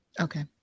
Okay